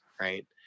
Right